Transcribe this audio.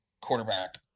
quarterback